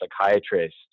psychiatrist